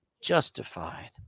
justified